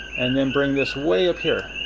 and then bring this way up here.